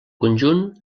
conjunt